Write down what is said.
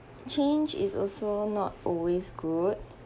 change is also not always good